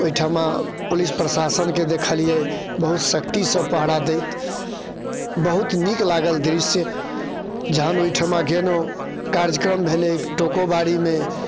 ओहिठमा पुलिस प्रशासनके देखलियै बहुत सख्तीसँ पहरा दैत बहुत नीक लागल दृश्य जखन ओहिठिमा गेलहुँ कार्यक्रम भेलै टोकोबाड़ीमे